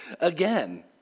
again